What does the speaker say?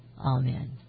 Amen